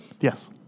Yes